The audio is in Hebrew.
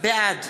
בעד